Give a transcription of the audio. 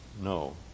no